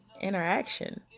interaction